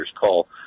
Call